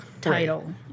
title